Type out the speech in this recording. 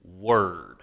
Word